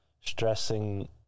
stressing